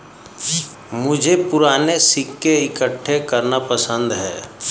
मुझे पूराने सिक्के इकट्ठे करना पसंद है